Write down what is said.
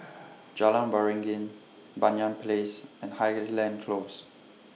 Jalan Waringin Banyan Place and Highland Close